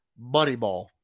Moneyball